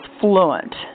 fluent